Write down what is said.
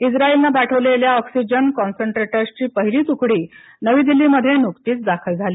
इस्राईलनं पाठवलेल्या ऑक्सिजन कॉन्सन्स्ट्रेटर्सची पहिली तुकडी नवी दिल्लीमध्ये नुकतीच दाखल झाली